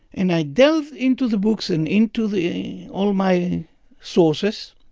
and i delved into the books and into the, all my sources,